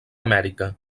amèrica